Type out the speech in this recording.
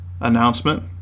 announcement